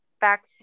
back